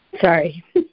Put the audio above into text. Sorry